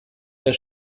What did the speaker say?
der